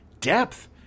depth